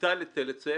הוטל היטל היצף.